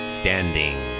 standing